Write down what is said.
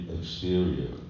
exterior